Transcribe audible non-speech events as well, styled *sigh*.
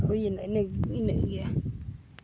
ᱦᱩᱭᱮᱱᱟ *unintelligible* ᱤᱱᱟᱹᱜ ᱜᱮᱭᱟ